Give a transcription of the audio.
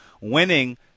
winning